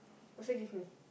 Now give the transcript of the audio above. also give me